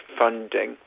funding